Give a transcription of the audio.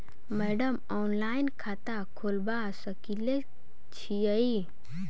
Madam online खाता खोलबा सकलिये छीयै?